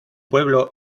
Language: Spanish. pueblo